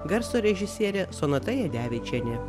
garso režisierė sonata jadevičienė